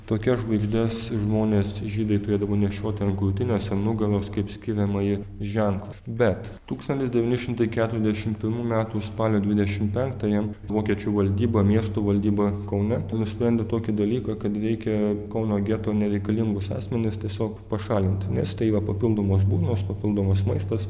tokias žvaigždes žmonės žydai turėdavo nešioti ant krūtinės ant nugaros kaip skiriamąjį ženklą bet tūkstantis devyni šimtai keturiasdešimt pirmų metų spalio dvidešim penktąją vokiečių valdyba miestų valdyba kaune nusprendė tokį dalyką kad reikia kauno geto nereikalingus asmenis tiesiog pašalinti nes tai yra papildomos burnos papildomas maistas